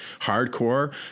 hardcore